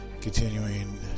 continuing